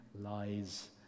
lies